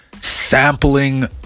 sampling